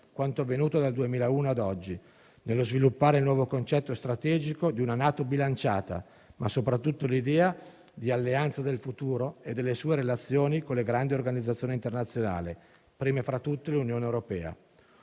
quanto avvenuto dal 2001 ad oggi, nello sviluppare il nuovo concetto strategico di una NATO bilanciata, ma soprattutto l'idea di alleanza del futuro e delle sue relazioni con le grandi organizzazioni internazionali, prima fra tutte l'Unione europea.